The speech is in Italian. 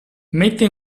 mette